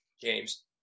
james